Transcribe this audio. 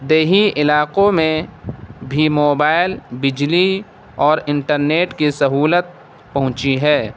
دیہی علاقوں میں بھی موبائل بجلی اور انٹرنیٹ کی سہولت پہنچی ہے